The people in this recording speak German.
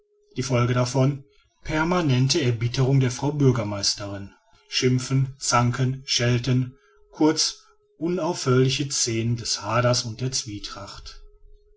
die folge davon permanente erbitterung der frau bürgermeisterin schimpfen zanken schelten kurz unaufhörliche scenen des haders und der zwietracht